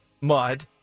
Mud